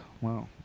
Wow